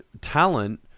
talent